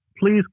Please